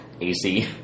AC